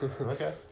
Okay